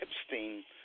Epstein